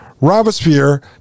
Robespierre